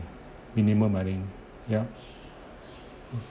minimum I think yup